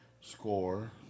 score